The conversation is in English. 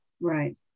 Right